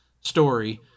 story